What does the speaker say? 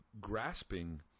grasping